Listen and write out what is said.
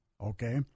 Okay